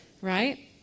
right